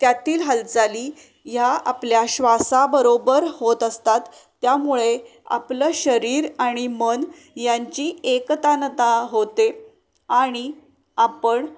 त्यातील हालचाली या आपल्या श्वासाबरोबर होत असतात त्यामुळे आपलं शरीर आणि मन यांची एकतानता होते आणि आपण